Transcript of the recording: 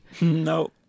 no